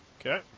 Okay